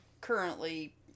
currently